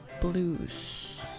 blues